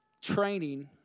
training